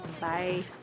bye